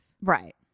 Right